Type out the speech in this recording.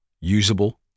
usable